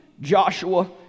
Joshua